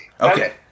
Okay